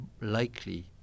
likely